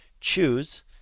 choose